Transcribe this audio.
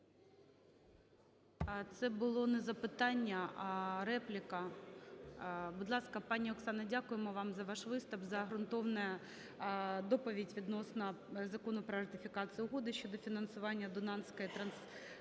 Це було не запитання, а репліка. Будь ласка, пані Оксана, дякуємо вам за ваш виступ, за ґрунтовну доповідь відносно Закону про ратифікацію Угоди про фінансування Дунайської транснаціональної